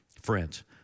friends